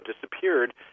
disappeared